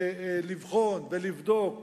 ולבחון ולבדוק